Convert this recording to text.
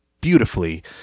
beautifully